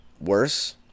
worse